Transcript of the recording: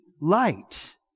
light